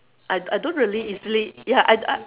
I I don't really easily ya I I